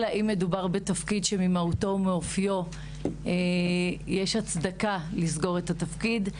אלא אם מדובר בתפקיד שממהותו ומאופיו יש הצדקה לסגור את התפקיד.